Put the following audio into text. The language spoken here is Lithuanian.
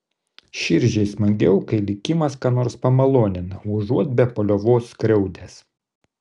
širdžiai smagiau kai likimas ką nors pamalonina užuot be paliovos skriaudęs